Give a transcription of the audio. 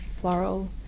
floral